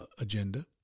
agenda